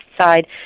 side